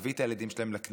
להביא את הילדים שלהם לכנסת,